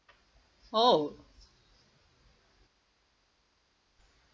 oh